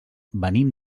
venim